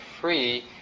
free